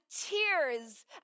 tears